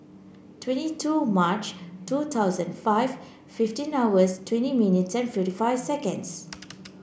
twenty two March two thousand five fifteen hours twenty minutes and fifty five seconds